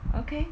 okay